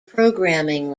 programming